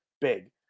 big